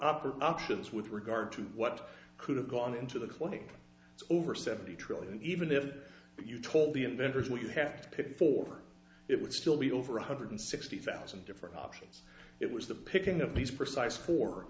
upper options with regard to what could have gone into the cloning over seventy trillion even if you told the inventors what you have to pay for it would still be over one hundred sixty thousand different options it was the picking of these precise for